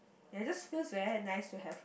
and it just feels very nice to have